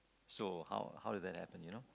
so how did that happen you know